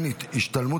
ההצבעה: